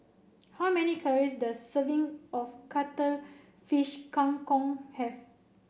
how many calories does serving of Cuttlefish Kang Kong have